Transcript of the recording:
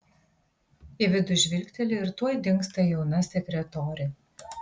į vidų žvilgteli ir tuoj dingsta jauna sekretorė